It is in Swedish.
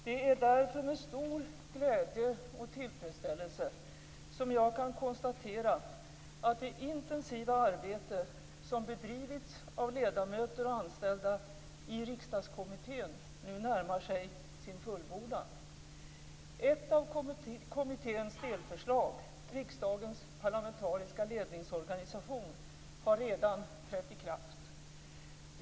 Det är därför med stor glädje och tillfredsställelse som jag kan konstatera att det intensiva arbete som bedrivits av ledamöter och anställda i Riksdagskommittén nu närmar sig sin fullbordan. Ett av kommitténs delförslag - riksdagens parlamentariska ledningsorganisation - har redan trätt i kraft.